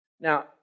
Now